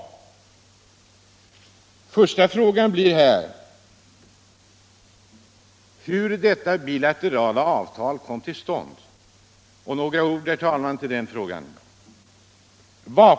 Den första frågan blir då hur detta bilaterala avtal kom till. Några ord om den frågan.